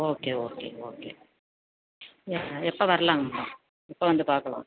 okay okay okay எப்போ வரலாங்க madam எப்போ வந்து பார்க்கலாம்